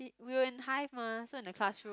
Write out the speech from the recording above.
we were in hive mah so in the classroom